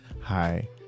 Hi